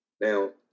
Now